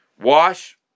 wash